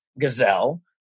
gazelle